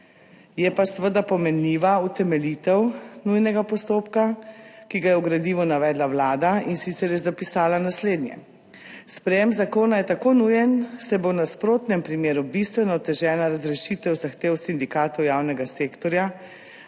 Je pa seveda pomenljiva utemeljitev nujnega postopka, ki ga je v gradivu navedla Vlada, in sicer je zapisala naslednje: »Sprejem zakona je tako nujen, saj bo v nasprotnem primeru bistveno otežena razrešitev zahtev sindikatov javnega sektorja,